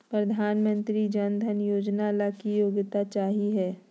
प्रधानमंत्री जन धन योजना ला की योग्यता चाहियो हे?